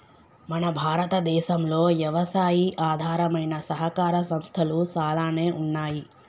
మన భారతదేసంలో యవసాయి ఆధారమైన సహకార సంస్థలు సాలానే ఉన్నాయి